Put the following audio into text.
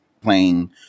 playing